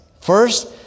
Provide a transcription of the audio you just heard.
First